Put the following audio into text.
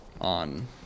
on